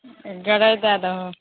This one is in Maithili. गरै दै दहो